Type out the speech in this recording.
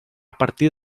partir